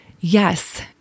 Yes